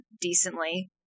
decently